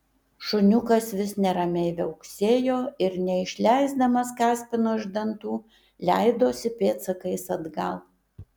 šuniukas vis neramiai viauksėjo ir neišleisdamas kaspino iš dantų leidosi pėdsakais atgal